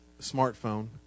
smartphone